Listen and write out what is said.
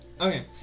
Okay